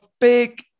big